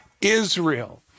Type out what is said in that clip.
Israel